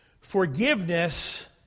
Forgiveness